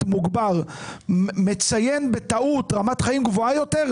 מוגבר מציין בטעות רמת חיים גבוהה יותר,